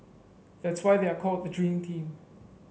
that's why they are called the dream team